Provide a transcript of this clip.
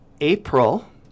April